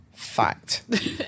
Fact